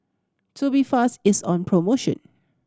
Tubifast is on promotion